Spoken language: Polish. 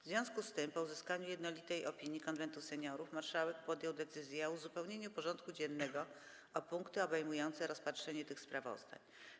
W związku z tym, po uzyskaniu jednolitej opinii Konwentu Seniorów, marszałek Sejmu podjął decyzję o uzupełnieniu porządku dziennego o punkty obejmujące rozpatrzenie tych sprawozdań.